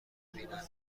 ببینند